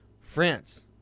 France